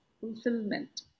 fulfillment